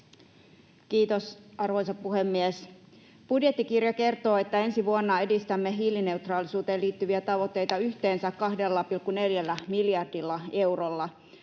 Kiitos, arvoisa puhemies! Budjettikirja kertoo, että ensi vuonna edistämme hiilineutraalisuuteen liittyviä tavoitteita yhteensä 2,4 miljardilla eurolla.